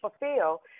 fulfill